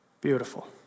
Beautiful